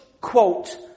quote